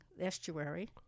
estuary